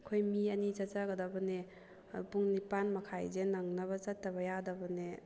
ꯑꯩꯈꯣꯏ ꯃꯤ ꯑꯅꯤ ꯆꯠꯆꯒꯗꯕꯅꯦ ꯄꯨꯡ ꯅꯤꯄꯥꯜ ꯃꯈꯥꯏꯁꯦ ꯅꯪꯅꯕ ꯆꯠꯇꯕ ꯌꯥꯗꯕꯅꯦ